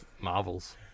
Marvels